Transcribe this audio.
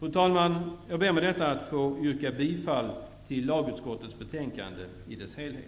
Fru talman! Jag ber att med det anförda få yrka bifall till hemställan i lagutskottets betänkande i dess helhet.